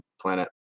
planet